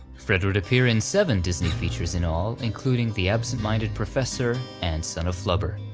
fred would appear in seven disney features in all, including the absent-minded professor, and son of flubber.